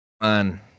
man